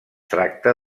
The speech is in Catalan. tracta